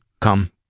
come